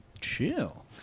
chill